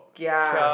gia